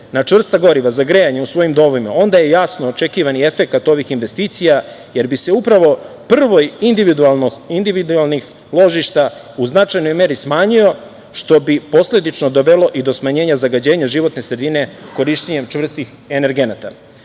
na čvrsta goriva za grejanje u svojim domovima, onda je jasan očekivani efekat ovih investicija, jer bi se upravo prvoj individualnih ložišta u značajnoj meri smanjio, što bi posledično dovelo i do smanjenja zagađenja životne sredine korišćenjem čvrstih energenata. Kao